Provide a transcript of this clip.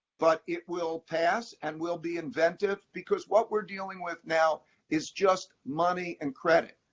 but it will pass, and we'll be inventive, because what we're dealing with now is just money and credit.